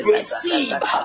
Receive